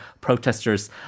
protesters